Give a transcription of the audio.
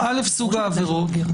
סוג העבירות,